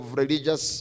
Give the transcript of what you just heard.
religious